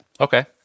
Okay